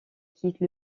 quittent